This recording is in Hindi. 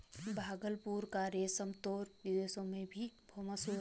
भागलपुर का रेशम तो विदेशों में भी मशहूर है